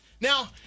Now